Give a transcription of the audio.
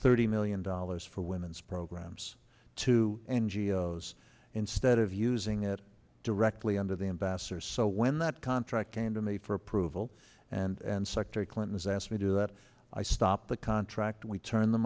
thirty million dollars for women's programs to n g o s instead of using it directly under the ambassador so when that contract came to me for approval and secretary clinton's asked me to do that i stopped the contract we turned the